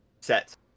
set